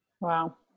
Wow